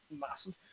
massive